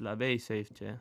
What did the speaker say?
labai su jais čia